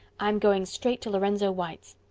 i'm going straight to lorenzo white's.